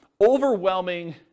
overwhelming